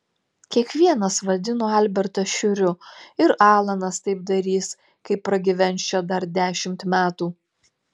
kiekvienas vadino albertą šiuriu ir alanas taip darys kai pragyvens čia dar dešimt metų